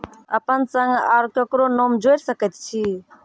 अपन संग आर ककरो नाम जोयर सकैत छी?